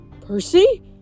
Percy